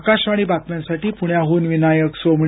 आकाशवाणी बातम्यांसाठी पुण्याहून विनायक सोमणी